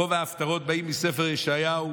רוב ההפטרות באות מספר ישעיהו,